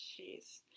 Jeez